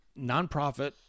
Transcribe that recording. nonprofit